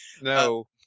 no